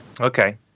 Okay